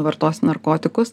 vartosi narkotikus